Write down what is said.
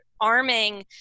arming